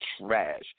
trash